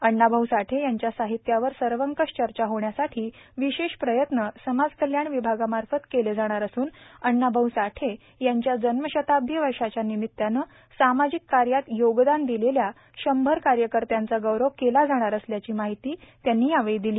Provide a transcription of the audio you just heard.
अण्णाभाऊ साठे यांच्या साहित्यावर सर्वंकश चर्चा होण्यासाठी विशेश प्रयत्न समाजकल्याण विभागामार्फत केले जाणार असून अण्णाभाऊ साठे यांच्या जन्मशताब्दी वर्शाच्या निमित्तानं सामाजिक कार्यात योगदान दिलेल्या षंभर कार्यकर्त्यांचा गौरव केला जाणार असल्याची माहिती त्यांनी यावेळी दिली